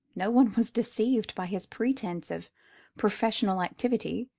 no one was deceived by his pretense of professional activity.